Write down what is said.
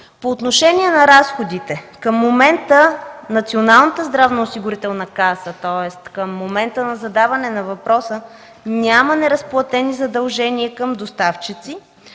По отношение на разходите. Към момента Националната здравноосигурителна каса, тоест към момента на задаване на въпроса, няма неразплатени задължения към доставчици,